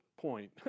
point